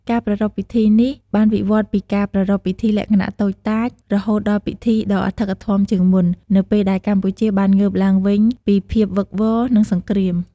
ការប្រារព្ធពិធីនេះបានវិវត្តន៍ពីការប្រារព្ធពិធីលក្ខណៈតូចតាច រហូតដល់ពិធីដ៏អធិកអធមជាងមុន នៅពេលដែរកម្ពុជាបានងើបឡើងវិញពីភាពវឹកវរ និងសង្គ្រាម។